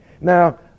Now